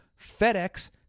FedEx